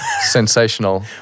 Sensational